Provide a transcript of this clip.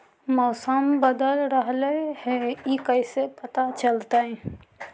मौसम बदल रहले हे इ कैसे पता चलतै?